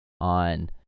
on